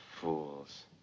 fools